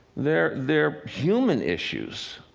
they're they're human issues.